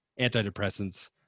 antidepressants